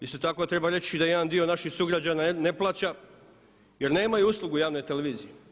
Isto tako treba reći da jedan dio naših sugrađana ne plaća jer nemaju uslugu javne televizije.